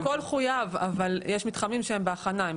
הכל חויב, אבל יש מתחמים שהם בהכנה.